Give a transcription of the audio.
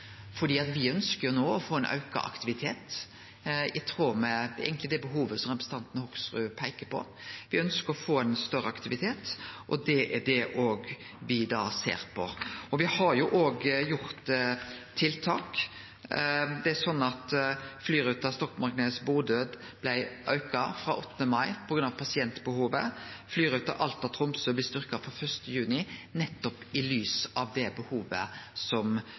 å få ein auka aktivitet i tråd med det behovet som representanten Hoksrud peiker på. Me ønskjer å få ein større aktivitet, og me ser også på det. Me har også gjort tiltak. Flyruta Stokmarknes–Bodø blei auka frå 8. mai på grunn av pasientbehovet. Flyruta Alta–Tromsø blir styrkt frå 1. juni, nettopp i lys av det behovet som